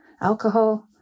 alcohol